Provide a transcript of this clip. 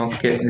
Okay